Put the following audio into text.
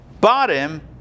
bottom